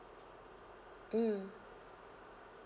mm